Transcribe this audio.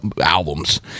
albums